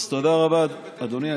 אז תודה רבה, אדוני היושב-ראש.